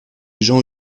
gens